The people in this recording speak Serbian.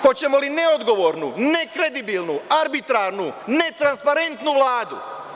Hoćemo li neodgovornu, nekredibilnu, arbitrarnu, netransparentnu Vladu?